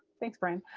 thanks brian.